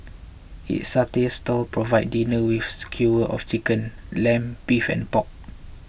its satay stalls provide diners with skewers of chicken lamb beef and pork